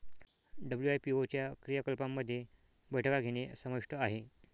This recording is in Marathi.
डब्ल्यू.आय.पी.ओ च्या क्रियाकलापांमध्ये बैठका घेणे समाविष्ट आहे